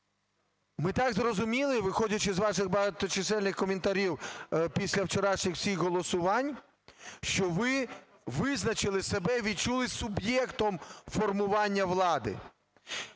ми так зрозуміли, виходячи з ваших багаточисельних коментарів після вчорашніх всіх голосувань, що ви визначили себе, відчули суб'єктом формування влади.